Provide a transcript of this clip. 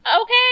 Okay